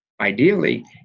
ideally